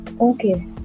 Okay